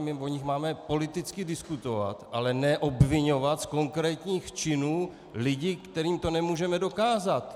My o nich máme politicky diskutovat, ale ne obviňovat z konkrétních činů lidi, kterým to nemůžeme dokázat.